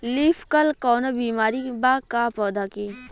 Leaf curl कौनो बीमारी बा का पौधा के?